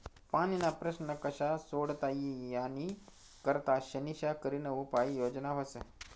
पाणीना प्रश्न कशा सोडता ई यानी करता शानिशा करीन उपाय योजना व्हस